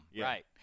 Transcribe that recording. Right